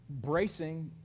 bracing